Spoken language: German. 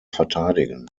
verteidigen